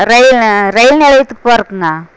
ரயில் rail நிலையத்துக்கு போறதுக்குங்க